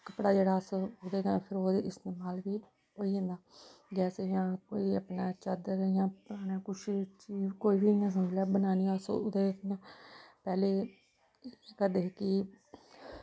कपड़ा जेह्ड़ा ओह्दा इस्तमाल बी होई जंदा बैसे इ'यां कोई अपनै चादर इ'यां कुछ बी कोई बी समझी लैओ बनानी अस ओह्दे कन्नै पैह्लें केह् करदे हे कि